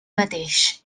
mateix